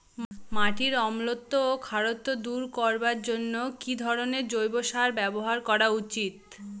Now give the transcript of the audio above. মাটির অম্লত্ব ও খারত্ব দূর করবার জন্য কি ধরণের জৈব সার ব্যাবহার করা উচিৎ?